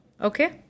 Okay